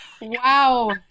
wow